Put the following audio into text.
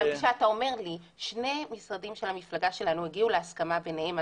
אבל כשאתה אומר לי ששני משרדים מהמפלגה שלנו הגיעו להסכמה ביניהם,